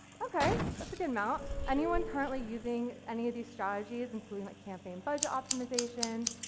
okay, that's a good amount. anyone currently using any of these strategies including like campaign budget optimisation,